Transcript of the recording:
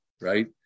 right